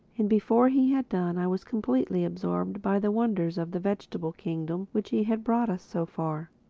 and before he had done i was completely absorbed by the wonders of the vegetable kingdom which he had brought so far.